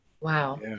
Wow